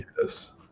yes